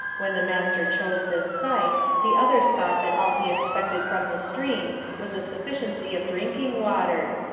when the master chose this site, the others thought that all he expected from the stream was a sufficiency of drinking water.